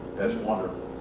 that's wonderful.